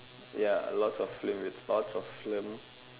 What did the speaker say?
ya a lots of film with lots of film